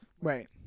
Right